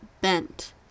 bent